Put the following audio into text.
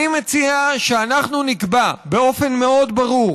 אני מציע שאנחנו נקבע באופן מאוד ברור